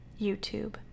YouTube